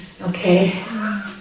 Okay